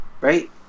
right